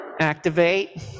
activate